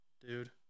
dude